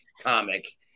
comic